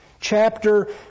chapter